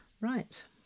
Right